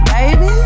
Baby